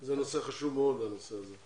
זה נושא חשוב מאוד, הנושא הזה.